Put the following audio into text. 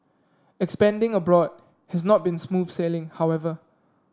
expanding abroad has not been smooth sailing however